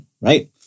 right